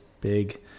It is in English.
big